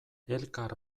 elkar